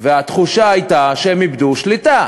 והתחושה הייתה שהם איבדו שליטה.